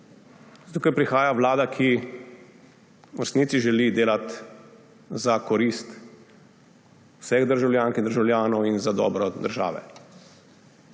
Zato ker prihaja vlada, ki v resnici želi delati za korist vseh državljank in državljanov in za dobro države.